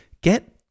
get